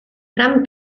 gran